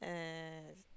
uh